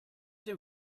dem